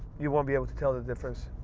you won't be able to tell the difference.